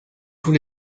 tous